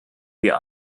wir